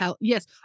Yes